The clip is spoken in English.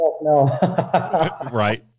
Right